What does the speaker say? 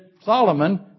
Solomon